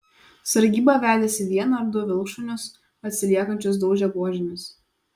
sargyba vedėsi vieną ar du vilkšunius atsiliekančius daužė buožėmis